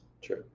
sure